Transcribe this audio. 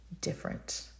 different